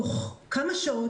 תוך כמה שעות,